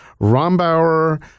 Rombauer